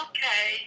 Okay